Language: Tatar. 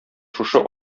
шушы